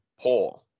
Paul